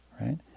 right